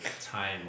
time